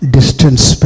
Distance